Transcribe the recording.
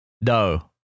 No